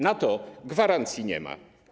Na to gwarancji nie ma.